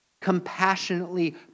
Compassionately